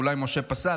ואולי משה פסל,